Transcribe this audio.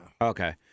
Okay